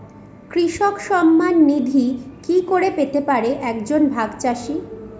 কৃষক সন্মান নিধি কি করে পেতে পারে এক জন ভাগ চাষি?